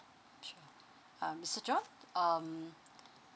sure uh mister john um